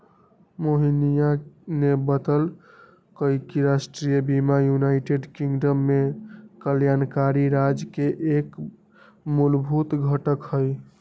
मोहिनीया ने बतल कई कि राष्ट्रीय बीमा यूनाइटेड किंगडम में कल्याणकारी राज्य के एक मूलभूत घटक हई